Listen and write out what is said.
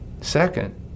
second